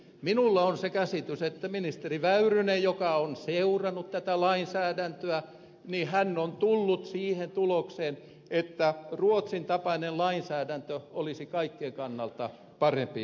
minulla on se käsitys että ministeri väyrynen joka on seurannut tätä lainsäädäntöä on tullut siihen tulokseen että ruotsin tapainen lainsäädäntö olisi kaikkien kannalta parempi ratkaisu